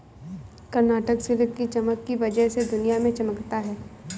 Karnataka silk की चमक की वजह से दुनिया में चमकता है